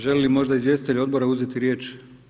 Želi li možda izvjestitelj odbora uzeti riječ?